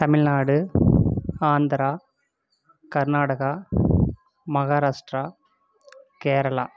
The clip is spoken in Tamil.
தமிழ்நாடு ஆந்திரா கர்நாடகா மஹாராஷ்டிரா கேரளா